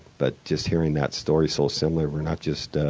but just hearing that story so similar we're not just ah